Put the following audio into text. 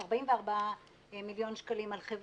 שלא רק מתעסק ברמת המקרו שמעתה והלאה לא יקרו יותר התופעות